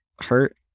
hurt